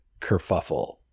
kerfuffle